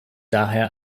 daher